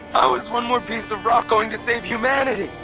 how is one more piece of rock going to save humanity?